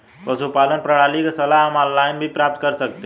पशुपालन प्रणाली की सलाह हम ऑनलाइन भी प्राप्त कर सकते हैं